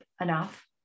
enough